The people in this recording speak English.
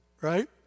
right